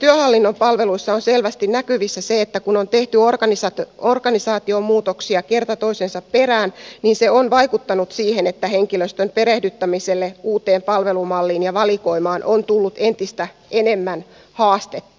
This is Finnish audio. näissä työhallinnon palveluissa on selvästi näkyvissä se että kun on tehty organisaatiomuutoksia kerta toisensa perään niin se on vaikuttanut siihen että henkilöstön perehdyttämiselle uuteen palvelumalliin ja valikoimaan on tullut entistä enemmän haastetta